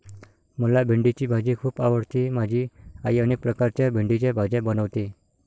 मला भेंडीची भाजी खूप आवडते माझी आई अनेक प्रकारच्या भेंडीच्या भाज्या बनवते